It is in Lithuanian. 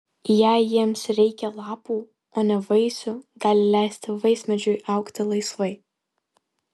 jei jiems reikia lapų o ne vaisių gali leisti vaismedžiui augti laisvai